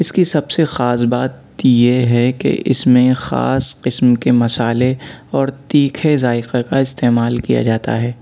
اِس کی سب سے خاص بات یہ ہے کہ اِس میں خاص قسم کے مصالحے اور تیکھے ذائقے کا استعمال کیا جاتا ہے